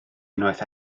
unwaith